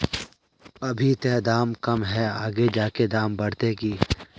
अभी ते दाम कम है आगे जाके दाम बढ़ते की?